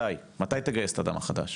מתי תגייס את הדם החדש?